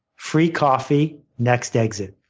free coffee next exit.